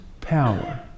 power